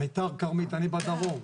מיתר כרמית, אני בדרום.